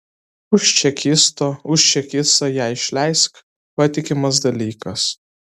už čekisto už čekisto ją išleisk patikimas dalykas